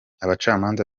abacamanza